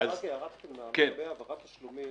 רק הערה קטנה לגבי העברת תשלומים.